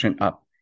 up